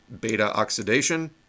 beta-oxidation